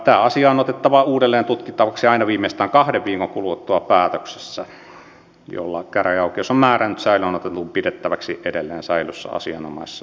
asia on otettava uudelleen tutkittavaksi aina viimeistään kahden viikon kuluttua päätöksestä jolla käräjäoikeus on määrännyt säilöön otetun pidettäväksi edelleen säilössä asianomaisessa sijoituspaikassa